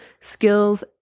skills